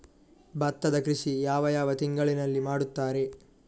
ಭತ್ತದ ಕೃಷಿ ಯಾವ ಯಾವ ತಿಂಗಳಿನಲ್ಲಿ ಮಾಡುತ್ತಾರೆ?